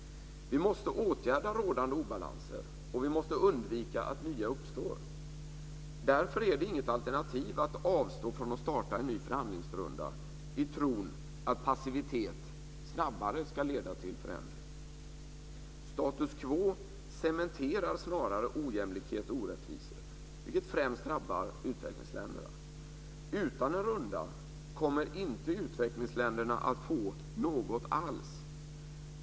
Vi måste åtgärda rådande obalanser, och vi måste undvika att nya uppstår. Därför är det inget alternativ att avstå från att starta en ny förhandlingsrunda i tron att passivitet snabbare ska leda till förändring. Status quo cementerar snarare ojämlikhet och orättvisor, vilket främst drabbar utvecklingsländerna. Utan en runda kommer inte utvecklingsländerna att få något alls.